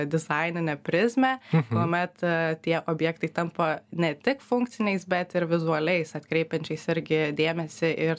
dizaininę prizmę kuomet ee tie objektai tampa ne tik funkciniais bet ir vizualiais atkreipiančiais irgi dėmesį ir